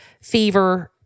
fever